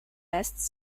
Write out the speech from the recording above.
best